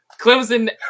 Clemson